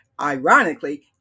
Ironically